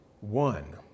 one